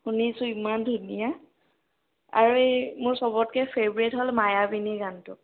শুনিছোঁ ইমান ধুনীয়া আৰু এই মোৰ সবতকৈ ফেভৰেট হ'ল মায়াবিনী গানটো